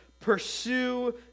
pursue